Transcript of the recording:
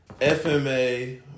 FMA